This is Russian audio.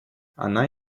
она